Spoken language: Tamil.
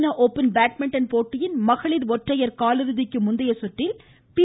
சீன ஓப்பன் பேட்மிட்டன் போட்டியின் மகளிர் ஒற்றையர் காலிறுதிக்கு முந்தைய சுற்றில் பி